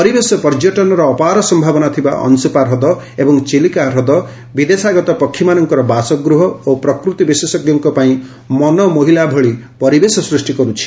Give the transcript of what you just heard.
ପରିବେଶ ପର୍ଯ୍ୟଟନର ଅପାର ସମ୍ଭାବନା ଥିବା ଅଂଶୁପା ହ୍ରଦ ଏବଂ ଚିଲିକା ହ୍ରଦ ବିଦେଶାଗତ ପକ୍ଷୀମାନଙ୍କର ବାସଗୃହ ଓ ପ୍ରକୃତି ବିଶେଷ୍କଙ୍କ ପାଇଁ ମନମୋହିଲା ଭଳି ପରିବେଶ ସୃଷ୍ଟି କରୁଛି